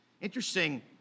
Interesting